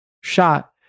shot